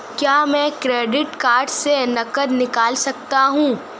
क्या मैं credit card से नकद निकाल सकता हूँ?